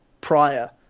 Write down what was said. prior